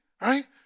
Right